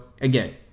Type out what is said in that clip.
again